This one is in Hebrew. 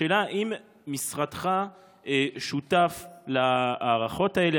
השאלה: האם משרדך שותף להערכות האלה?